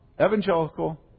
evangelical